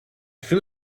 feel